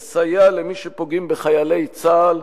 לסייע למי שפוגעים בחיילי צה"ל,